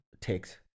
takes